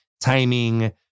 timing